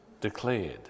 declared